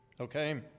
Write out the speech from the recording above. okay